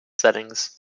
settings